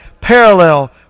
parallel